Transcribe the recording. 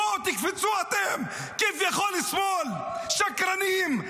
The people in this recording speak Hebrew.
בואו, תקפצו אתם, כביכול שמאל, שקרנים.